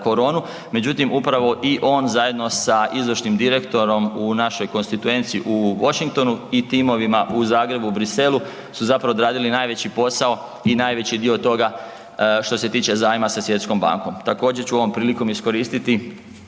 koronu, međutim upravo i on zajedno sa izvršnim direktorom u našoj konstituenci u Washingtonu i timovima u Zagrebu i Bruxellesu su odradili najveći posao i najveći dio toga što se tiče zajma sa Svjetskom bankom. Također ću ovom prilikom iskoristiti